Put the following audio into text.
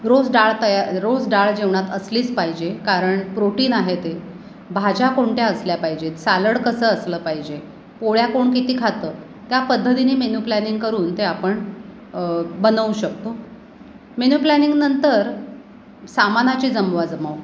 रोज डाळ तया रोज डाळ जेवणात असलीच पाहिजे कारण प्रोटीन आहे ते भाज्या कोणत्या असल्या पाहिजेत सालड कसं असलं पाहिजे पोळ्या कोण किती खातं त्या पद्धतीने मेन्यू प्लॅनिंग करून ते आपण बनवू शकतो मेन्यू प्लॅनिंगनंतर सामानाची जमवाजमव